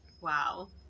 Wow